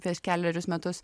prieš kelerius metus